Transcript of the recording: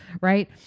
right